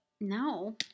No